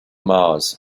mars